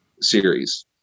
series